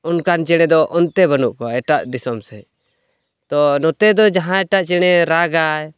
ᱚᱱᱠᱟᱱ ᱪᱮᱬᱮ ᱫᱚ ᱚᱱᱛᱮ ᱵᱟᱹᱱᱩᱜ ᱠᱚᱣᱟ ᱮᱴᱟᱜ ᱫᱤᱥᱚᱢ ᱥᱮᱫ ᱛᱚ ᱱᱚᱛᱮ ᱫᱚ ᱡᱟᱦᱟᱸᱭᱴᱟᱜ ᱪᱮᱬᱮ ᱨᱟᱜᱟᱭ